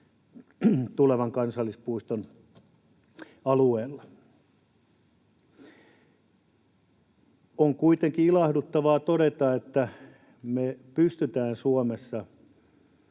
tulevan kansallispuiston alueella. On kuitenkin ilahduttavaa todeta, että me pystymme Suomessa